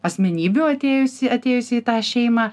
asmenybių atėjusi atėjusi į tą šeimą